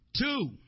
Two